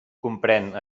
comprén